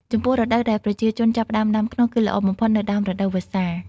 ចំពោះរដូវដែលប្រជាជនចាប់ផ្តើមដាំខ្នុរ គឺល្អបំផុតនៅដើមរដូវវស្សា។